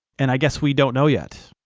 and i guess we don't know yet.